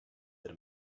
that